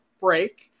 break